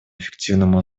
эффективному